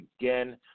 again